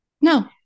No